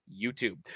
YouTube